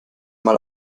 mal